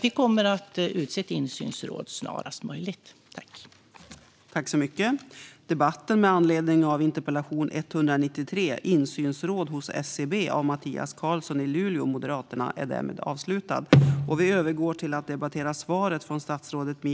Vi kommer att utse ett insynsråd snarast möjligt.